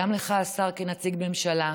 וגם לך, השר, כנציג הממשלה: